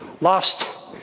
lost